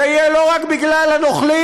זה יהיה לא רק בגלל הנוכלים,